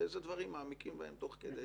ובאיזה דברים מעמיקים תוך כדי.